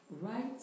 right